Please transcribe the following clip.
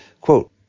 Quote